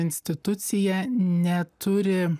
institucija neturi